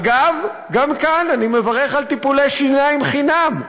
אגב, גם כאן אני מברך על טיפולי שיניים חינם.